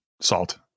Salt